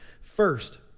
First